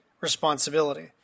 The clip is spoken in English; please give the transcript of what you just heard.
responsibility